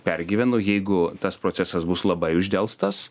pergyvenu jeigu tas procesas bus labai uždelstas